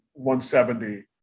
170